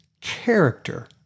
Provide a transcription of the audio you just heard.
character